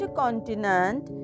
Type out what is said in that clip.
continent